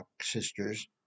sisters